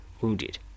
Wounded